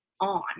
on